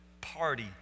party